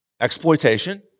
Exploitation